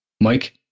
Mike